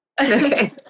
Okay